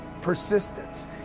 persistence